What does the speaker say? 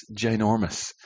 ginormous